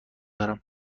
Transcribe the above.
دارم